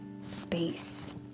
space